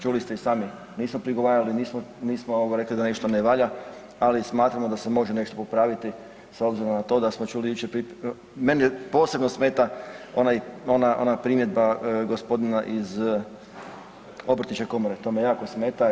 Čuli ste i sami, nismo prigovarali, nismo ovoga rekli da nešto ne valja, ali smatramo da se može nešto popraviti s obzirom na to da smo čuli jučer, mene posebno smeta ona primjedba gospodina iz obrtničke komore, to me jako smeta.